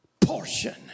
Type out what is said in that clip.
portion